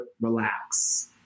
relax